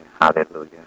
hallelujah